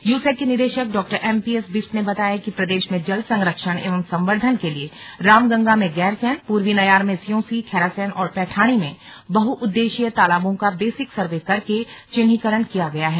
USAC के निदेशक Dr MPS Bisht ने बताया कि प्रदेश में जल संरक्षण एवं संवर्द्धन के लिए रामगंगा में गैरसैंण पूर्वी नयार में स्यूंसी खैरासैंण और पैठाणी में बहुउद्देश्यीय तालाबों का बेसिक सर्वे करके चिन्हीकरण किया गया है